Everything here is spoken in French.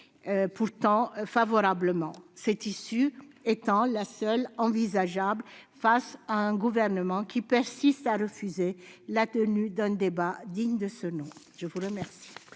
pourtant la motion, cette issue étant la seule envisageable face à un gouvernement qui persiste à refuser la tenue d'un débat digne de ce nom. La parole